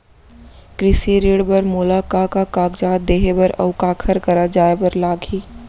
कृषि ऋण बर मोला का का कागजात देहे बर, अऊ काखर करा जाए बर लागही?